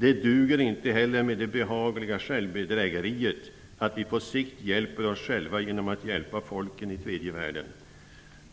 Det duger inte heller med det behagliga självbedrägeriet att vi på sikt hjälper oss själva genom att hjälpa folken i tredje världen.